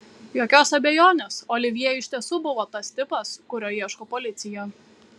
jokios abejonės olivjė iš tiesų buvo tas tipas kurio ieško policija